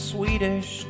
Swedish